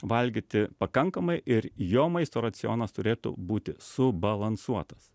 valgyti pakankamai ir jo maisto racionas turėtų būti subalansuotas